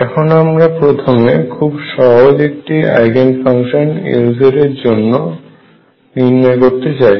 এখন আমরা প্রথমে খুব সহজ একটি আইগেন ফাংশন Lz এর জন্য নির্ণয় করতে চাই